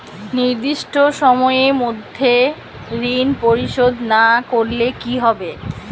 নির্দিষ্ট সময়ে মধ্যে ঋণ পরিশোধ না করলে কি হবে?